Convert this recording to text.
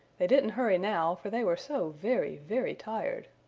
they didn't hurry now for they were so very, very tired!